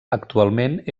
actualment